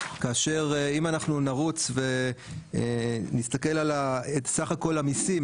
כאשר אם אנחנו נרוץ ונסתכל על סך כל המיסים,